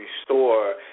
restore